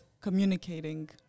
communicating